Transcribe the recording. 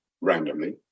randomly